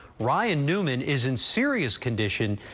ryan newman is in serious condition,